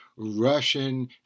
Russian